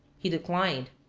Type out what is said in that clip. he declined.